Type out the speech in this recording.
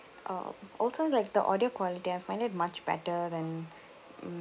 uh also like the audio quality I find it much better than mm